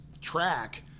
track